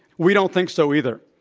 we don't think so either.